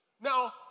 Now